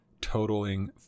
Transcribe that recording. totaling